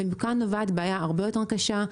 ומכאן נובעת בעיה הרבה יותר קשה.